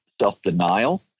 self-denial